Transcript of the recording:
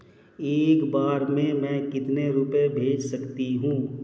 एक बार में मैं कितने रुपये भेज सकती हूँ?